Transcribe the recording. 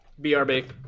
BRB